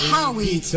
Howie